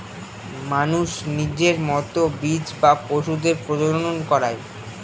মানুষ নিজের মতো বীজ বা পশুদের প্রজনন করায়